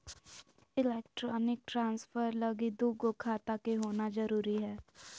electronic transfer लगी दू गो खाता के होना जरूरी हय